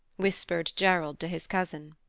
whispered gerald to his cousin.